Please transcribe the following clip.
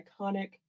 iconic